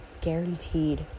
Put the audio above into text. guaranteed